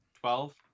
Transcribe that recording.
Twelve